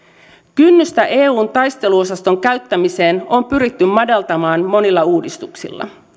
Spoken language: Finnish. kynnystä eun taisteluosaston käyttämiseen on pyritty madaltamaan monilla uudistuksilla